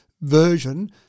version